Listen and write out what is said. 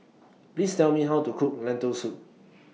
Please Tell Me How to Cook Lentil Soup